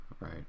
Right